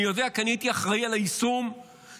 אני יודע כי אני הייתי אחראי ליישום של